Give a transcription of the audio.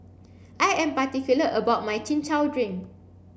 I am particular about my chin chow drink